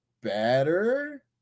better